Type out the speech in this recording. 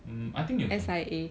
mm I think 有